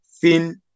thin